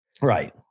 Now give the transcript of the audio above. Right